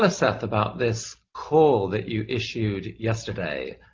ah seth, about this call that you issued yesterday.